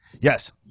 Yes